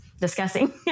discussing